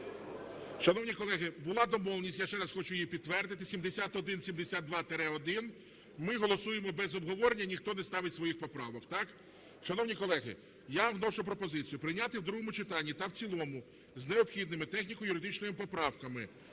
Шановні колеги, була домовленість, я ще раз хочу її підтвердити, 7172-1 ми голосуємо без обговорення. Ніхто не ставить своїх поправок, так? Шановні колеги, я вношу пропозицію прийняти в другому читанні та в цілому з необхідними техніко-юридичними поправками